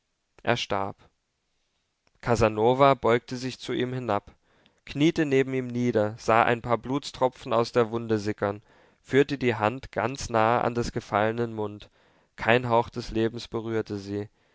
er starb casanova beugte sich zu ihm hinab kniete neben ihm nieder sah ein paar blutstropfen aus der wunde sickern führte die hand ganz nahe an des gefallenen mund kein hauch des lebens berührte sie